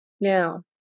Now